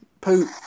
poop